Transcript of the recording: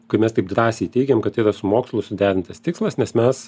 kai mes taip drąsiai teigiam kad tai yra su mokslu suderintas tikslas nes mes